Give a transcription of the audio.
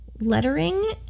lettering